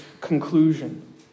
conclusion